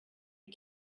you